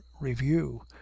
Review